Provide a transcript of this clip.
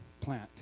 plant